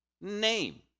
name